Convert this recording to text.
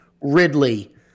Ridley